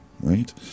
right